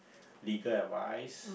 legal advice